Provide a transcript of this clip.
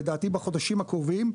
לדעתי בחודשים הקרובים,